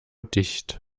dicht